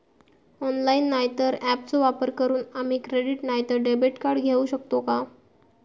Online नाय तर ऍपचो वापर करून आम्ही क्रेडिट नाय तर डेबिट कार्ड घेऊ शकतो का?